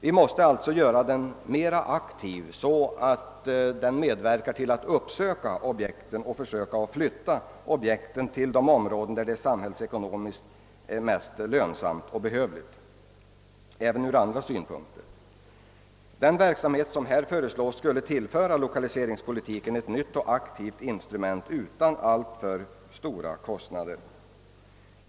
Vi måste göra lokaliseringspolitiken mer aktiv; man bör uppsöka objekten och försöka flytta objekten till områden, där verksamheten är samhällsekonomiskt mest lönsam och behövlig även ur andra synpunkter. Den verksamhet som här föreslås skulle utan alltför stora kostnader tillföra näringspolitiken ett nytt och aktivt instrument.'